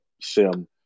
Sim